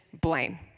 blame